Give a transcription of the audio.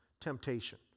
temptation